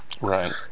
Right